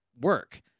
work